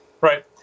Right